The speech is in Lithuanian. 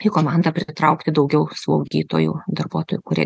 į komandą pritraukti daugiau slaugytojų darbuotojų kurie